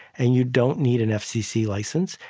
and you don't need an fcc license,